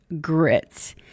Grit